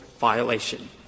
violation